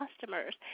customers